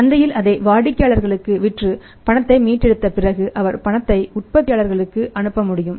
சந்தையில் அதை வாடிக்கையாளருக்கு விற்று பணத்தை மீட்டெடுத்த பிறகு அவர் பணத்தை உற்பத்தியாளருக்கு அனுப்ப முடியும்